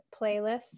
playlists